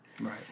Right